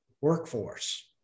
workforce